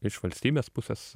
iš valstybės pusės